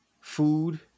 food